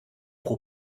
pro